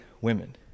women